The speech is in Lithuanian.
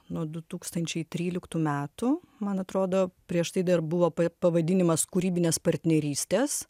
nuo du tūkstančiai tryliktų metų man atrodo prieš tai dar buvo pa pavadinimas kūrybinės partnerystės